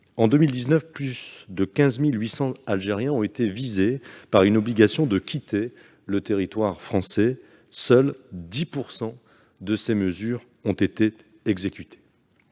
En 2019, plus de 15 800 Algériens ont été visés par une obligation de quitter le territoire français (OQTF). Seulement 10 % de ces mesures ont été exécutées.